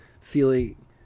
feeling